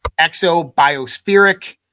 exobiospheric